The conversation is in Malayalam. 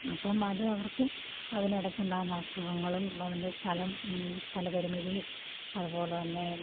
അപ്പോള് അത് അവർക്ക് അതിനിടയ്ക്കുണ്ടാകുന്ന അസുഖങ്ങളും അതിൻ്റെ സ്ഥലം സ്ഥല പരിമിതിയും അതുപോലെ തന്നെ